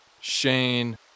Shane